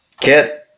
Kit